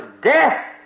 death